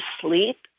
sleep